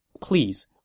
Please